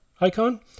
icon